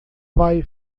vai